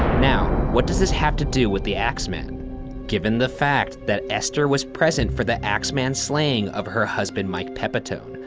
now, what does this have to do with the axeman? given the fact that esther was present for the axeman's slaying of her husband mike pepitone,